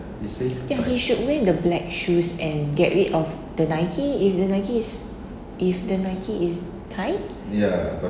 ya he should wear the black shoes and get rid of the Nike if the Nike if the Nike is tight